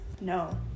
no